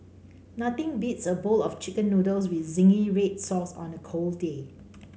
nothing beats a bowl of chicken noodles with zingy red sauce on a cold day